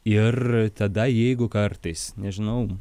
ir tada jeigu kartais nežinau